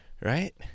Right